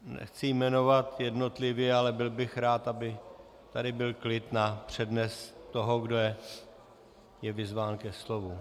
Nechci jmenovat jednotlivě, ale bych byl rád, aby tady byl klid na přednes toho, kdo je vyzván ke slovu.